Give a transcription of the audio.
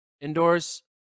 indoors